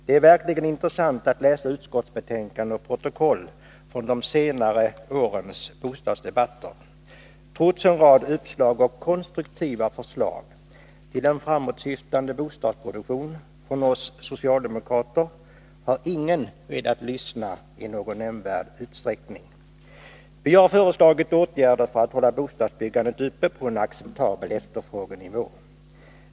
Det är verkligen intressant att läsa utskottsbetänkanden och protokoll från de senare årens bostadsdebatter. Trots en rad uppslag och konstruktiva förslag till en framåtsyftande bostadsproduktion från oss socialdemokrater har ingen velat lyssna i någon nämnvärd utsträckning. Vi har föreslagit åtgärder för att hålla bostadsbyggandet uppe på en acceptabel efterfrågenivå.